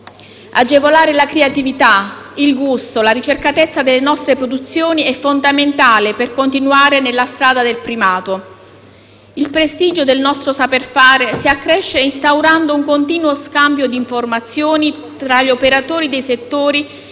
Agevolare la creatività, il gusto, la ricercatezza delle nostre produzioni è fondamentale per continuare sulla strada del primato. Il prestigio del nostro saper fare si accresce instaurando un continuo scambio di informazioni tra gli operatori dei settori